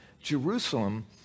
Jerusalem